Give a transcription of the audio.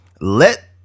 Let